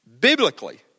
biblically